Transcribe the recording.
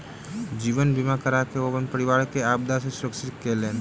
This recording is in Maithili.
जीवन बीमा कराके ओ अपन परिवार के आपदा सॅ सुरक्षित केलैन